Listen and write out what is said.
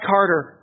Carter